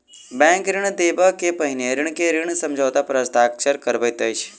bank ऋण देबअ के पहिने ऋणी के ऋण समझौता पर हस्ताक्षर करबैत अछि